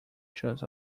just